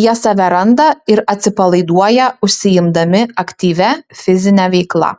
jie save randa ir atsipalaiduoja užsiimdami aktyvia fizine veikla